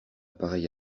pareil